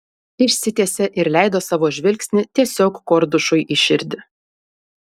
išsitiesė ir leido savo žvilgsnį tiesiog kordušui į širdį